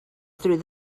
through